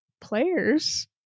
players